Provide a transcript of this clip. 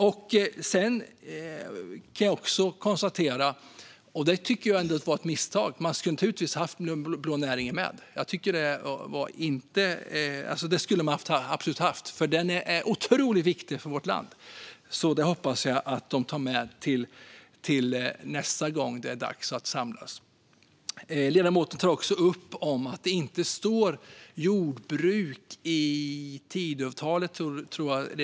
När det gäller de blå näringarna tycker jag att det var ett misstag att de inte var med. De skulle ha varit med, för de är otroligt viktiga för vårt land. Jag hoppas därför att man tar med dem nästa gång det är dags att samlas. Ledamoten tar också upp att det inte står "jordbruk" i Tidöavtalet.